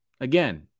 again